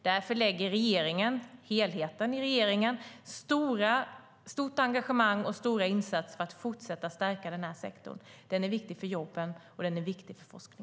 Därför har helheten i regeringen ett stort engagemang och gör stora insatser för att fortsätta att stärka sektorn.